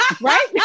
Right